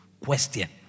Question